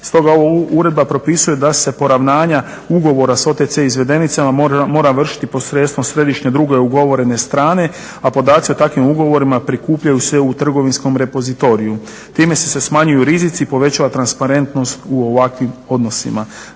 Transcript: Stoga ova uredba propisuje da se poravnanja ugovora s OTC izvedenicama mora vršiti posredstvom središnje druge ugovorene strane, a podaci o takvim ugovorima prikupljaju se u trgovinskom repozitoriju. Time se smanjuju rizici i povećava transparentnost u ovakvim odnosima.